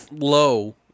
low